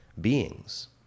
beings